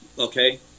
Okay